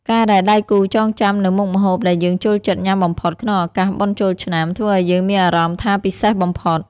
ការដែលដៃគូចងចាំនូវមុខម្ហូបដែលយើងចូលចិត្តញ៉ាំបំផុតក្នុងឱកាសបុណ្យចូលឆ្នាំ ធ្វើឱ្យយើងមានអារម្មណ៍ថាពិសេសបំផុត។